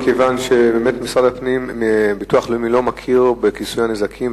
מכיוון שהמוסד לביטוח לאומי לא מכיר בכיסוי הנזקים,